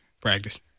practice